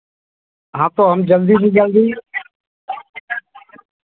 हाँ तो हम जल्दी से जल्दी